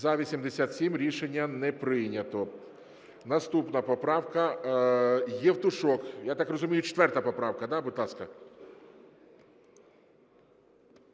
За-87 Рішення не прийнято. Наступна поправка, Євтушок, я так розумію, 4 поправка. Да, будь ласка.